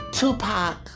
Tupac